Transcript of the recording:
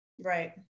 Right